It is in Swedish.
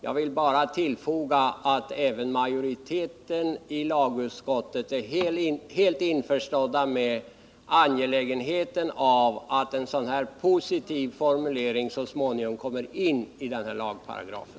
Jag vill bara tillfoga att även majoriteten i lagutskottet är helt införstådd med angelägenheten av att en sådan här positiv formulering så småningom kommer in i lagparagrafen.